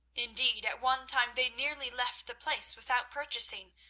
indeed, at one time they nearly left the place without purchasing,